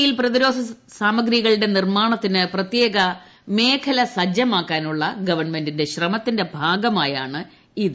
യിൽ പ്രതിരോധ സാമഗ്രികളും നിർമ്മാണത്തിന് പ്രത്യേക മേഖല സജ്ജമാക്കാനുള്ള ഗവൺമെന്റിന്റെ ശ്രമത്തിന്റെ ഭാഗമായാണ് ഇത്